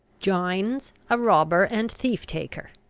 gines, a robber and thief-taker,